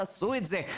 תעשו את זה,